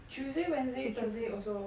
tuesday wednesday thursday also